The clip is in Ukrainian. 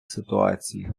ситуації